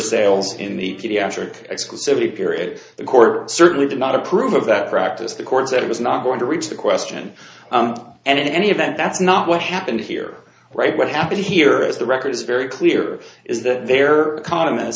sales in the pediatric exclusivity period the court certainly did not approve of that practice the court said it was not going to reach the question and in any event that's not what happened here right what happened here is the record is very clear is that their economy